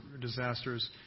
disasters